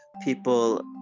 people